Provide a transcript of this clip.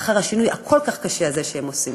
לאחר השינוי הכל-כך קשה הזה שהם עושים.